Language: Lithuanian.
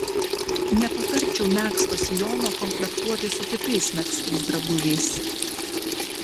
nepatarčiau megzto sijono komplektuoti su kitais megztais drabužiais